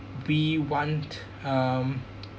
we want um